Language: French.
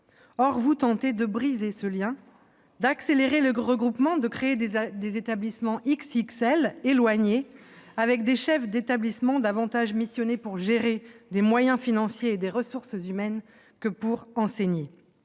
Or vous tentez de briser ce lien, d'accélérer les regroupements, de créer des établissements « XXL », éloignés, avec des chefs d'établissement missionnés plutôt pour gérer des moyens financiers et des ressources humaines que pour enseigner.